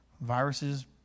viruses